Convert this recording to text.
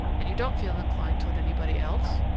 and you don't feel inclined toward anybody else?